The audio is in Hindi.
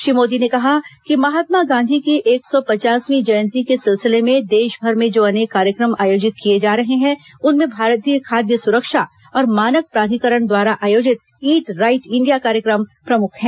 श्री मोदी ने कहा कि महात्मा गांधी की एक सौ पचासवीं जयन्ती के सिलसिले में देशभर में जो अनेक कार्यक्रम आयोजित किए जा रहे हैं उनमें भारतीय खाद्य सुरक्षा और मानक प्राधिकरण द्वारा आयोजित ईट राइट इंडिया कार्यक्रम प्रमुख हैं